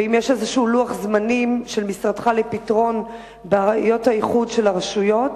האם יש איזשהו לוח זמנים של משרדך לפתרון הבעיות של איחוד הרשויות?